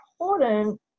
important